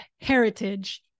heritage